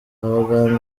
abaganga